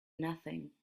nothing